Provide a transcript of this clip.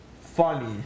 funny